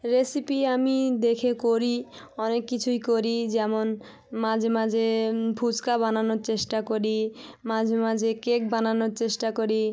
recipe আমি দেখে করি অনেক কিছুই করি যেমন মাঝে মাঝে ফুচকা বানানোর চেষ্টা করি মাঝে মাঝে কেক বানানোর চেষ্টা করি